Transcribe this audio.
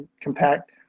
Compact